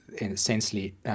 essentially